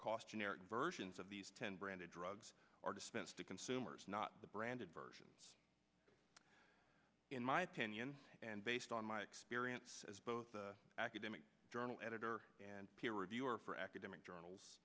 cost generic versions of these ten branded drugs are dispensed to consumers not the branded version in my opinion and based on my experience as both academic journal editor and peer reviewer for academic journals